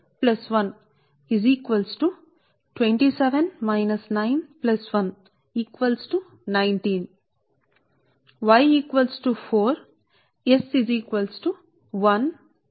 Y 2 ప్రతిక్షేపిస్తేగా మీకు వస్తుంది S 2 3x 2212 minus 3x2 6 plus 1అంటే3x 22 3x2 1 ఇది 7 1 ప్లస్ 6